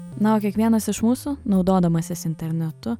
na o kiekvienas iš mūsų naudodamasis internetu